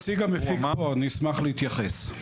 נציג המפיק פה, אני אשמח להתייחס.